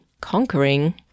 conquering